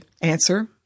answer